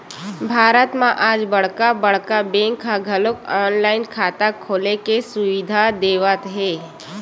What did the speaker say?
भारत म आज बड़का बड़का बेंक ह घलो ऑनलाईन खाता खोले के सुबिधा देवत हे